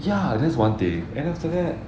ya that's one thing then after that